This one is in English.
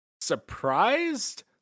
surprised